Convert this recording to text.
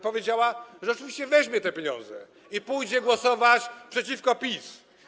Powiedziała też, że oczywiście weźmie te pieniądze i pójdzie głosować przeciwko PiS.